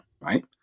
right